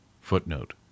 footnote